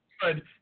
good